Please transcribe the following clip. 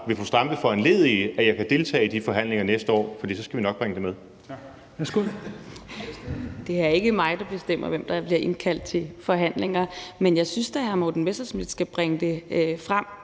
Vil fru Zenia Stampe foranledige, at jeg kan deltage i de forhandlinger næste år? For så skal vi nok bringe det med.